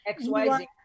XYZ